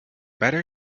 better